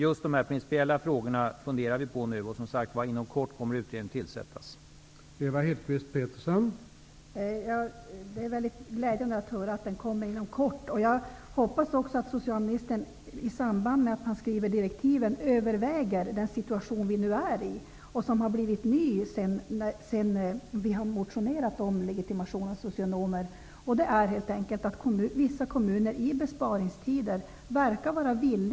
Dessa principiella frågor funderar vi nu på, och utredningen kommer, som sagt, att tillsättas inom kort.